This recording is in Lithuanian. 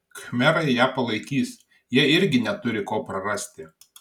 khmerai ją palaikys jie irgi neturi ko prarasti